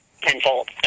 tenfold